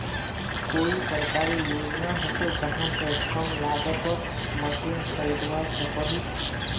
कोई सरकारी योजना होचे जहा से कम लागत तोत मशीन खरीदवार सकोहो ही?